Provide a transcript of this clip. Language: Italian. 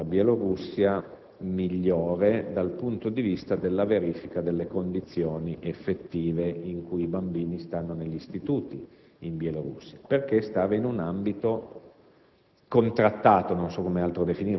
a costruire un rapporto migliore con la Bielorussia dal punto di vista della verifica delle condizioni effettive in cui i bambini versano negli istituti bielorussi, perché si operava in un ambito